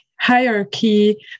hierarchy